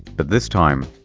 but this time,